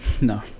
No